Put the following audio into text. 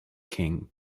king